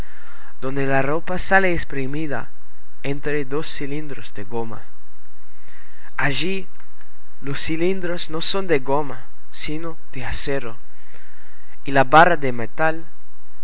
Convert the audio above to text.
donde la ropa sale exprimida entre dos cilindros de goma allí los cilindros no son de goma sino de acero y la barra de metal